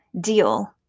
deal